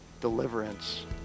deliverance